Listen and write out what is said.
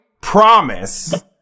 promise